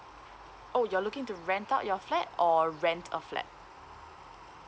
oh you're looking to rent out your flat or rent a flat